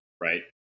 Right